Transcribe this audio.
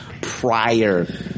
prior